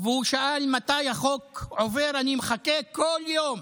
התקשר אליי והוא שאל מתי החוק עובר: אני מחכה כל יום.